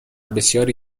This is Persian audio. بسیاری